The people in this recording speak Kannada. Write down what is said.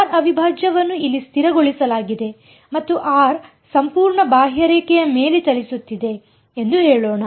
ಆರ್ ಅವಿಭಾಜ್ಯವನ್ನು ಇಲ್ಲಿ ಸ್ಥಿರಗೊಳಿಸಲಾಗಿದೆ ಮತ್ತು r ಸಂಪೂರ್ಣ ಬಾಹ್ಯರೇಖೆಯ ಮೇಲೆ ಚಲಿಸುತ್ತಿದೆ ಎಂದು ಹೇಳೋಣ